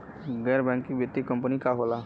गैर बैकिंग वित्तीय कंपनी का होला?